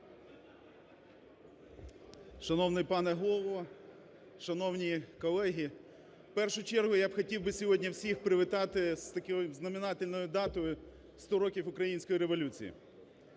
Шановний пане Голово, шановні колеги! У першу я хотів би сьогодні всіх привітати з такою знаменательною датою – 100 років Української революції.